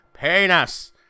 Penis